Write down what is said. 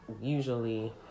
usually